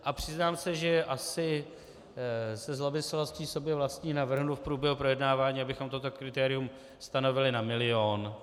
A přiznám se, že asi se zlomyslností sobě vlastní navrhnu v průběhu projednávání, abychom toto kritérium stanovili na milion.